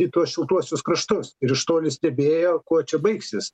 į tuos šiltuosius kraštus ir iš toli stebėjo kuo čia baigsis